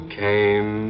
came